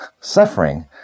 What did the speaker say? Suffering